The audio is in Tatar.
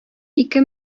ике